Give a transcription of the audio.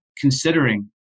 considering